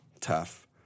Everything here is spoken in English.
Tough